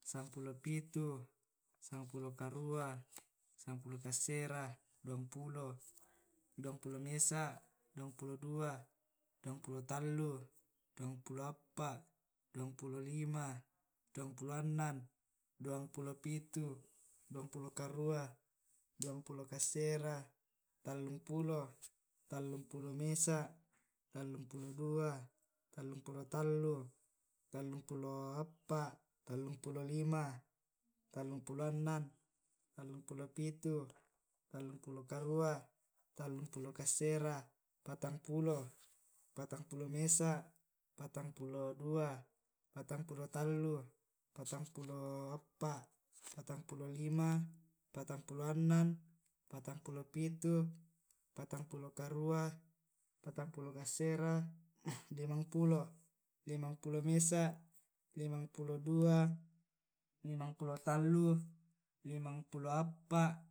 sampulo pitu, sampulo karua, sampulo kassera, duampulo, duampulo mesa', duampulo dua, duampulo tallu, duampulo appa, duampulo lima, duampulo annang, duampulo pitu, duampulo karua, duampulo kassera, tallumpulo, tallumpulo mesa, tallumpulo dua, tallumpulo tallu, tallumpulo appa, tallumpulo lima, tallumpulo annang, tallumpulo pitu, tallumpulo karua, tallumpulo kassera, patampulo, patampulo mesa', patampulo dua, patampulo tallu, patampulo appa, patampulo lima, patampulo annang, patampule pitu, patampulo karua, patampulo kassera, limampulo, limampulo mesa', limampulo dua, limampulo tallu, limampulo appa, limampulo lima, limampulo annang, limampulo pitu, limampulo karua, limampulo kassera, annangpulo, annangpulo mesa', annangpulo dua, annangpulo tallu, annangpulo appa, annang pulo lima, annang pulo annang, annang pulo pitu.